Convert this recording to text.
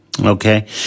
okay